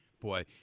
boy